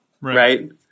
Right